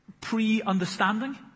pre-understanding